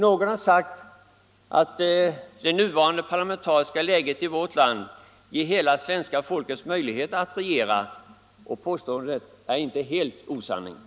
Någon har sagt att det nuvarande parlamentariska läget i vårt land ger hela svenska folket möjlighet att regera. Påståendet är inte helt osant.